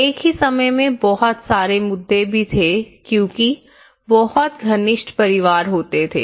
एक ही समय में बहुत सारे मुद्दे भी थे क्योंकि बहुत घनिष्ठ परिवार होते थे